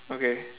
okay